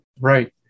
right